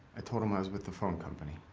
told him i was with the phone company.